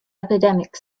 epidemic